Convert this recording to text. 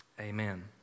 Amen